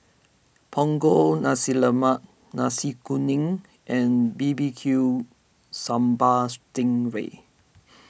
Punggol Nasi Lemak Nasi Kuning and B B Q Sambal Sting Ray